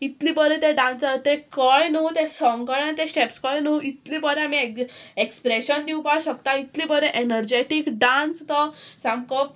इतलीं बरें तें डांसर तें कळें न्हू तें सोंग कळें तें स्टेप्स कळें न्हू इतलीं बरें आमी एग्ज एक्सप्रेशन दिवपा शकता इतलें बरें एनर्जेटीक डांस तो सामको